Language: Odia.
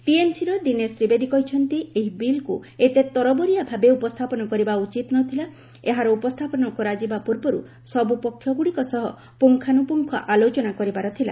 ଟିଏମ୍ସିର ଦିନେଶ ତିବେଦୀ କହିଛନ୍ତି ଏହି ବିଲ୍କ୍ ଏତେ ତରବରିଆ ଭାବେ ଉପସ୍ଥାପନ କରିବା ଉଚିତ ନଥିଲା ଏହାର ଉପସ୍ଥାପନ କରାଯିବା ପୂର୍ବରୁ ସବୁ ପକ୍ଷଗୁଡ଼ିକ ସହ ପୁଙ୍ଗାନାପୁଙ୍ଗ ଆଲୋଚନା କରିବାର ଥିଲା